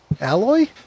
Alloy